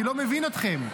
אני לא מבין אתכם.